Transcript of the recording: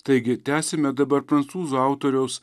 taigi tęsime dabar prancūzų autoriaus